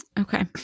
Okay